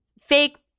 fake